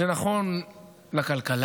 זה נכון לכלכלה,